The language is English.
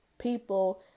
people